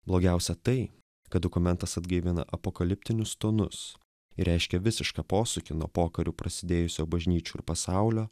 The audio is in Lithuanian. blogiausia tai kad dokumentas atgaivina apokaliptinius tonus ir reiškia visišką posūkį nuo pokariu prasidėjusio bažnyčių ir pasaulio